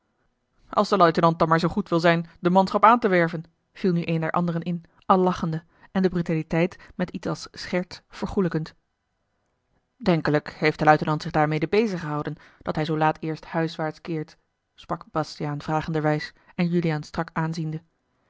als de luitenant dan maar zoo goed wil zijn de manschap aan te werven viel nu een der anderen in al lachende en de brutaliteit met iets als scherts vergoelijkend denkelijk heeft de luitenant zich daarmede beziggehouden dat hij zoo laat eerst huiswaarts keert sprak bastiaan vragenderwijs en juliaan strak aanziende